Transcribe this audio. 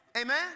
Amen